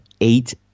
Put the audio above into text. Eight